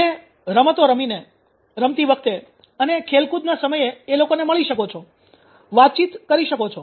તમે રમતો રમતી વખતે અને ખેલકૂદના સમયે એ લોકોને મળી શકો છો વાતચીત કરી શકો છો